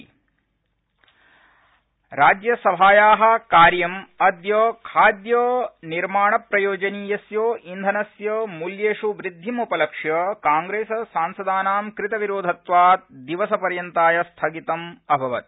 राज्यसभा स्थगन् राज्यसभाया कार्य अद्य खाद्यनिर्माणप्रयोजनीयस्य ईंधनस्य मूल्येष् वृद्धिम् उपलक्ष्य कांप्रेस सांसदना कृतविरोधत्वात् दिवसपर्यन्ताय स्थगितं अभवत्